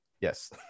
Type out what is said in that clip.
yes